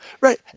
Right